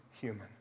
human